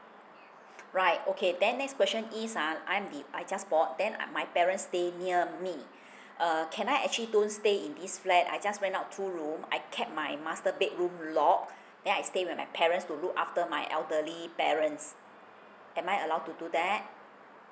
right okay then next question is ah I'm the I just bought then my parents stay near me err can I actually don't stay in this flat I just rent out two room I kept my master bedroom lock then I stay with my parents to look after my elderly parents am I allowed to do that